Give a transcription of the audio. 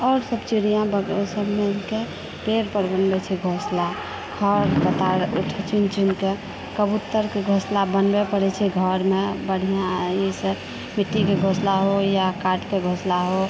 आओर सभ चिड़ियाँ सभ मिलके पेड़ पर बनबए छै घोंसला खर पतवार चुनि चुनिके कबूतरके घोंसला बनबए पड़ैत छै घरमे बढ़िआँ ई सँ मिट्टीके घोसला हो या काठके घोसला हो